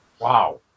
Wow